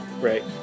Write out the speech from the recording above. Right